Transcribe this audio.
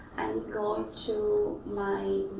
and going to my.